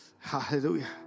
hallelujah